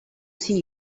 see